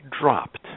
dropped